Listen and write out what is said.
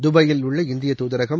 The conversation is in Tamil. துபாயில் உள்ள இந்திய தூதரகம்